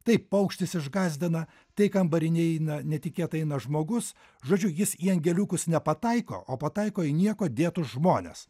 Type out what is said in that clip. taip paukštis išgąsdina tai kambarinė įeina netikėtai eina žmogus žodžiu jis į angeliukus nepataiko o pataiko į niekuo dėtus žmones